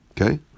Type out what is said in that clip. Okay